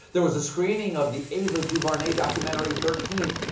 there was a screening of the ava duvernay documentary thirteenth,